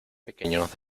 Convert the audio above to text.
pequeños